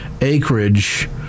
acreage